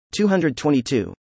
222